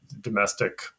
domestic